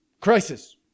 Crisis